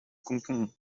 canton